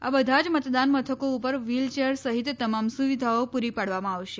આ બધા જ મતદાન મથકો ઉપર વ્હીલચેર સહિત તમામ સુવિધાઓ પુરી પાડવામાં આવી છે